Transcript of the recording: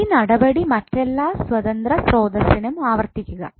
ഇനി നടപടി മറ്റെല്ലാ സ്വതന്ത്ര സ്രോതസ്സിനും ആവർത്തിക്കുക